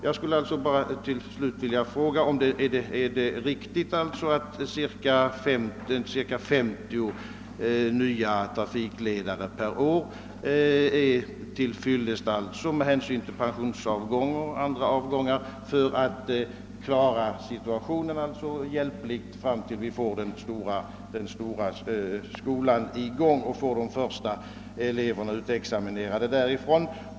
Jag vill därför till slut fråga om det är riktigt att ca 50 nya trafikledare per år är till fyllest med hänsyn till pensionsavgång och dylikt för att klara situationen hjälpligt till dess vi får de första eleverna utexaminerade från den nya skolan.